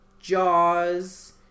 Jaws